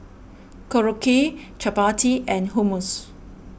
Korokke Chapati and Hummus